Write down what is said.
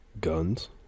guns